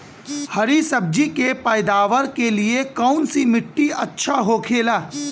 हरी सब्जी के पैदावार के लिए कौन सी मिट्टी अच्छा होखेला?